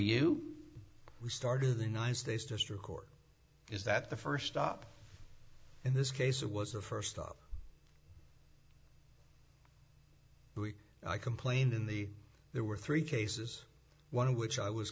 you we start of the united states district court is that the first stop in this case it was the first stop i complained in the there were three cases one of which i was